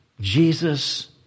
Jesus